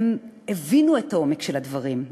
הן הבינו את העומק של הדברים,